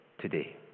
today